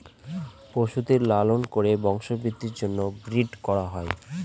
পশুদের লালন করে বংশবৃদ্ধির জন্য ব্রিড করা হয়